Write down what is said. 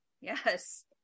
Yes